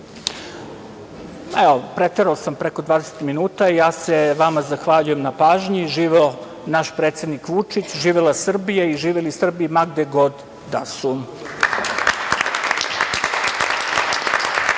bio. Preterao sam, preko 20 minuta. Ja se vama zahvaljujem na pažnji. Živeo naš predsednik Vučić, živela Srbija i živeli Srbi, ma gde god da su!